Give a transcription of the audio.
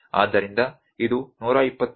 ಆದ್ದರಿಂದ ಇದು 127